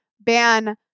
ban